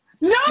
No